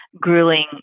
grueling